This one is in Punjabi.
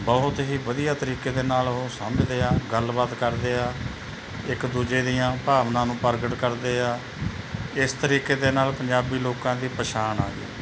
ਬਹੁਤ ਹੀ ਵਧੀਆ ਤਰੀਕੇ ਦੇ ਨਾਲ ਉਹ ਸਮਝਦੇ ਆ ਗੱਲਬਾਤ ਕਰਦੇ ਆ ਇੱਕ ਦੂਜੇ ਦੀਆਂ ਭਾਵਨਾ ਨੂੰ ਪ੍ਰਗਟ ਕਰਦੇ ਆ ਇਸ ਤਰੀਕੇ ਦੇ ਨਾਲ ਪੰਜਾਬੀ ਲੋਕਾਂ ਦੀ ਪਛਾਣ ਆ ਗਈ